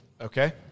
Okay